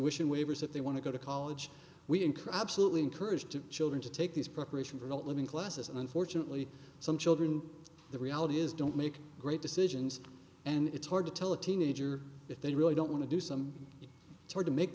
waivers if they want to go to college we incur absolutely encourage to children to take these preparation for the living classes and unfortunately some children the reality is don't make great decisions and it's hard to tell a teenager if they really don't want to do some hard to make